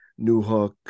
Newhook